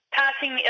passing